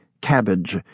cabbage